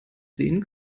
sehen